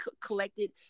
collected